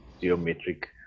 geometric